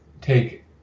take